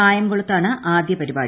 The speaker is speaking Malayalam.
കായംകുളത്താണ് ആദ്യ പരിപാടി